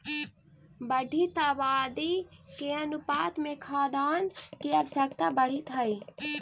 बढ़ीत आबादी के अनुपात में खाद्यान्न के आवश्यकता बढ़ीत हई